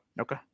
Okay